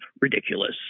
ridiculous